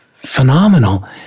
phenomenal